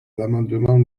l’amendement